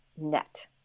net